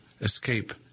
escape